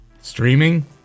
Streaming